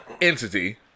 entity